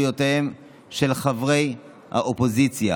עקב מינויים של חברי הכנסת שלהלן לשרים ביום ג' בתמוז התשפ"א,